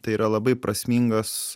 tai yra labai prasmingas